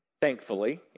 thankfully